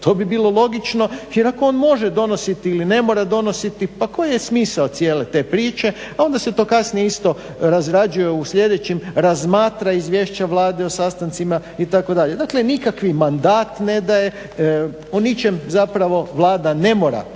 to bi bilo logično jer ako on može donositi ili ne mora donositi pa koji je smisao cijele te priče, a onda se to kasnije isto razrađuje u sljedećim, razmatra izvješća Vlade o sastancima itd. Dakle nikakvi mandat ne daje, o ničem zapravo Vlada ne mora